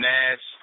Nash